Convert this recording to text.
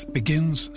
begins